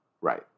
Right